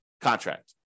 contract